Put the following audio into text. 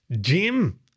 Jim